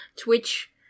Twitch